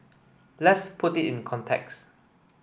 let's put it in context